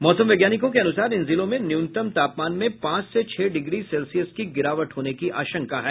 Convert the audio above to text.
मौसम वैज्ञानिकों के अनुसार इन जिलों में न्यूनतम तापमान में पांच से छह डिग्री सेल्सियस की गिरावट होने की आशंका है